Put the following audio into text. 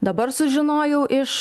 dabar sužinojau iš